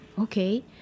okay